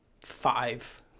five